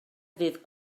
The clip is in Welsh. ddydd